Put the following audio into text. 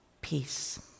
peace